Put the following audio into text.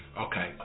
Okay